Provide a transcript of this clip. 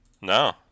no